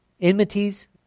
Enmities